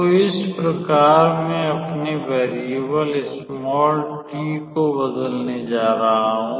तो इस प्रकार मैं अपने वैरिएबल t को बदलने जा रहा हूं